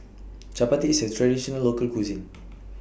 Chappati IS A Traditional Local Cuisine